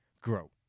grow